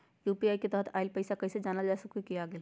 UPI के तहत आइल पैसा कईसे जानल जा सकहु की आ गेल?